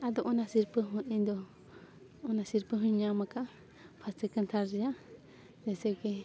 ᱟᱫᱚ ᱚᱱᱟ ᱥᱤᱨᱯᱟᱹ ᱦᱚᱸ ᱤᱧ ᱫᱚ ᱚᱱᱟ ᱥᱤᱨᱯᱟᱹ ᱦᱚᱧ ᱧᱟᱢ ᱟᱠᱟᱜᱼᱟ ᱯᱷᱟᱥ ᱥᱮᱠᱮᱱᱰ ᱛᱷᱟᱨᱰ ᱨᱮᱭᱟᱜ ᱡᱮᱥᱮ ᱠᱤ